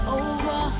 over